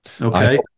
Okay